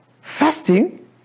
fasting